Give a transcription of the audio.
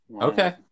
Okay